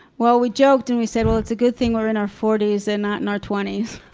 well, we joked and we said well, it's a good thing we're in our forties and not in our twenties.